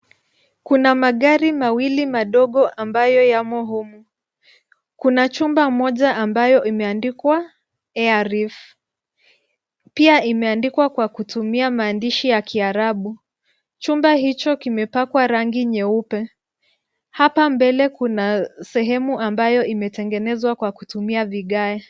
Kuna magari mawili madogo ambayo yamo humu. Kuna chumba moja ambayo imeandikwa, aireef, pia imeandikwa kwa kutumia maandishi ya kiarabu. Chumba hicho kimepakwa rangi nyeupe. Hapa mbele kuna sehemu ambayo imetengenezwa kwa kutumia vigae.